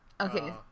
okay